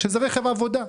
כשזה רכב עבודה.